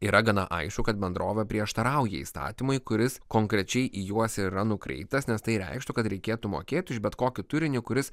yra gana aišku kad bendrovė prieštarauja įstatymui kuris konkrečiai į juos yra nukreiptas nes tai reikštų kad reikėtų mokėti už bet kokį turinį kuris